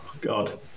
God